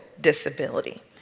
disability